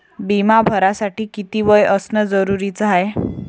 बिमा भरासाठी किती वय असनं जरुरीच हाय?